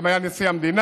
הוא גם היה נשיא המדינה,